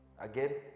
Again